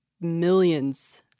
millions